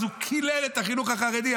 אז הוא קילל את החינוך החרדי,